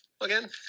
again